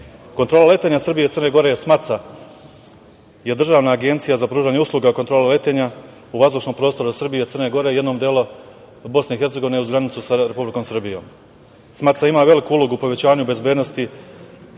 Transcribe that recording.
letenja Srbije i Crne Gore je SMATSA, Državna agencija za pružanje usluga kontrole letenja u vazdušnom prostoru Srbije i Crne Gore i jednog dela BiH uz granicu sa Republikom Srbijom. SMATSA ima veliku ulogu u povećanju bezbednosti,